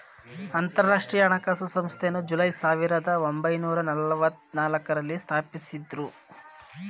ಅಂತರಾಷ್ಟ್ರೀಯ ಹಣಕಾಸು ಸಂಸ್ಥೆಯನ್ನು ಜುಲೈ ಸಾವಿರದ ಒಂಬೈನೂರ ನಲ್ಲವತ್ತನಾಲ್ಕು ರಲ್ಲಿ ಸ್ಥಾಪಿಸಿದ್ದ್ರು